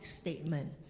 statement